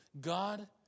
God